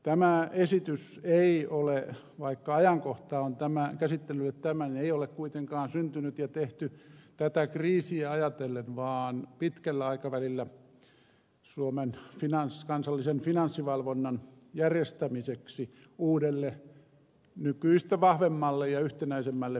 tämä esitys ei ole vaikka ajankohta on käsittelylle tämä kuitenkaan syntynyt ja tehty tätä kriisiä ajatellen vaan pitkällä aikavälillä suomen kansallisen finanssivalvonnan järjestämiseksi uudelle nykyistä vahvemmalle ja yhtenäisemmälle pohjalle